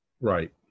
Right